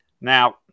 Now